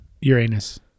Uranus